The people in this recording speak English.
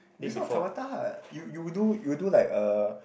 this one tabata you you will do you will do like uh